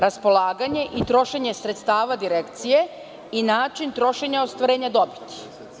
Raspolaganje i trošenje sredstava Direkcije i način trošenja ostvarenja dobiti.